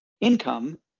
income